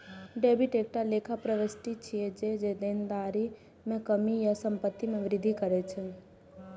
debit एकटा लेखा प्रवृष्टि छियै, जे देनदारी मे कमी या संपत्ति मे वृद्धि करै छै